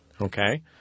Okay